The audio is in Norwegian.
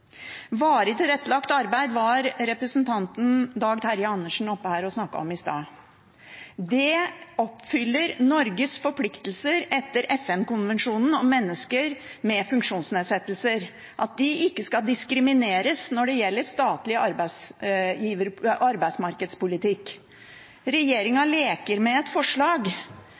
Varig tilrettelagt arbeid snakket representanten Dag Terje Andersen om her oppe i sted. Det oppfyller Norges forpliktelser etter FN-konvensjonen om mennesker med funksjonsnedsettelser, at de ikke skal diskrimineres når det gjelder statlig arbeidsmarkedspolitikk.